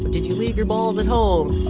did you leave your balls at home?